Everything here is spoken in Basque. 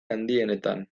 handienetan